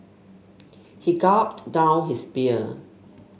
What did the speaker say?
he gulped down his beer